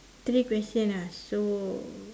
three question ah so